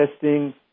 testing